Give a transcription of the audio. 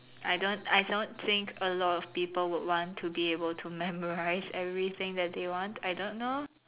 I don't I don't think a lot of people would want to be able to memorize everything that they want I don't know